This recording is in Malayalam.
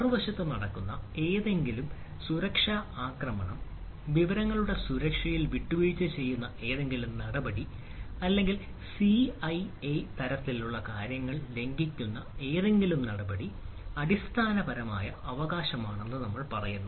മറുവശത്ത് നടക്കുന്ന ഏതെങ്കിലും സുരക്ഷാ ആക്രമണം വിവരങ്ങളുടെ സുരക്ഷയിൽ വിട്ടുവീഴ്ച ചെയ്യുന്ന ഏതെങ്കിലും നടപടി അല്ലെങ്കിൽ സിഐഎ തരത്തിലുള്ള കാര്യങ്ങൾ ലംഘിക്കുന്ന ഏതെങ്കിലും നടപടി അടിസ്ഥാനപരമായ അവകാശമാണെന്ന് പറയുന്നു